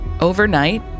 Overnight